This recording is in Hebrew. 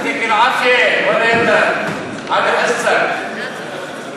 (אומר מילים בשפה הערבית).